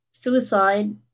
Suicide